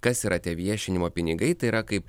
kas yra tie viešinimo pinigai tai yra kaip